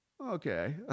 okay